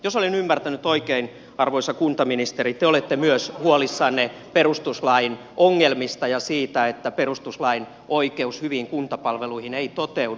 jos olen ymmärtänyt oikein arvoisa kuntaministeri te olette myös huolissanne perustuslain ongelmista ja siitä että perustuslain oikeus hyviin kuntapalveluihin ei toteudu